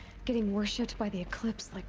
getting worshipped by the eclipse, like.